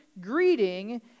greeting